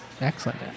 Excellent